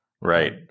Right